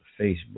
Facebook